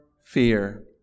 fear